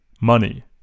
money